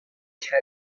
کره